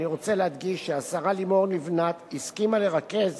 אני רוצה להדגיש שהשרה לימור לבנת הסכימה לרכז